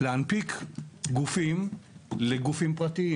להנפיק גופים לגופים פרטיים.